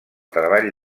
treball